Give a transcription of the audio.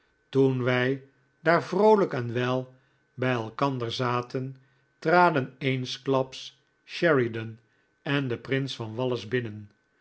toen wij daar vroolijk en wel bij elkander zaten traden eensklaps sheridan en de prins van wallis binnen